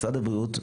משרד הבריאות,